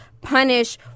punish